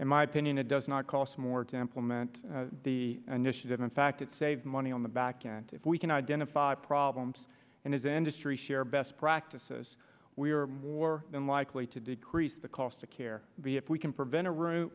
in my opinion it does not cost more to employment the initiative in fact it saves money on the back if we can identify problems and as industry share best practices we are more than likely to decrease the cost of care if we can prevent a ro